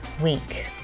week